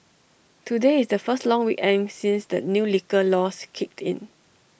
today is the first long weekend since the new liquor laws kicked in